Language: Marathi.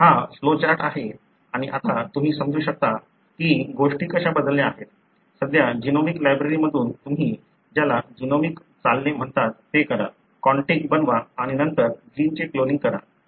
तर हा फ्लो चार्ट आहे आणि आता तुम्ही समजू शकता की गोष्टी कशा बदलल्या आहेत साध्या जीनोमिक लायब्ररी मधून तुम्ही ज्याला जीनोमिक चालणे म्हणता ते करा कॉन्टिग बनवा आणि नंतर जीनचे क्लोनिंग करा